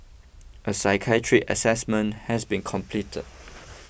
a psychiatric assessment has been completed